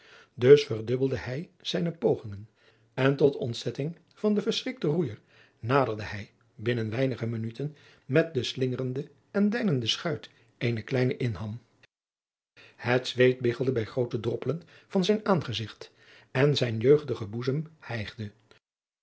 dus verdubbelde hij zijne pogingen en tot ontzetting van den verschrik en roeijer naderde hij binnen weinige minuten met de slingerende en deinende schuit eenen kleinen inham het zweet biggelde bij groote droppelen van zijn aangezigt en zijn jeugdige boezem hijgde